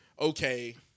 okay